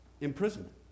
imprisonment